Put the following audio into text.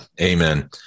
Amen